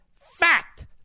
fact